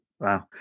Wow